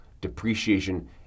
depreciation